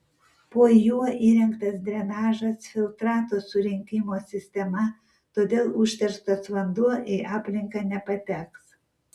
po juo įrengtas drenažas filtrato surinkimo sistema todėl užterštas vanduo į aplinką nepateks